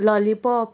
lollipop